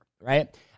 right